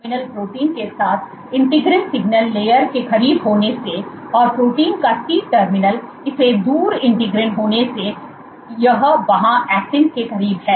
N terminal protein के साथ integrin signal layer के करीब होने से और प्रोटीन का सी टर्मिनल इससे दूर इंटीग्रिन होने से यह वहां ऐक्टिन के करीब है